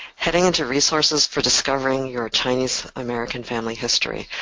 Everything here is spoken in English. heading into resources for discovering your chinese-american family history,